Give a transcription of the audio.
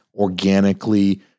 organically